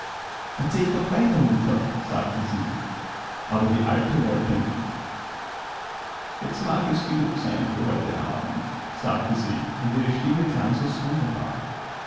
glühenden kohlenzusammenundsetztesichwiederhin erzähltdochweiter mutter sagte sie aber die alte wollte nicht jetzt mag es genug sein für heute abend sagte sie und ihre stimme klang so sonderbar